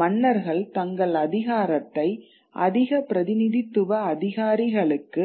மன்னர்கள் தங்கள் அதிகாரத்தை அதிக பிரதிநிதித்துவ அதிகாரிகளுக்கு